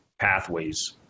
pathways